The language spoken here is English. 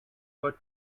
what